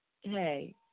hey